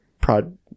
Prod